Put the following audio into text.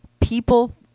people